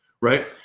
right